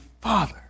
Father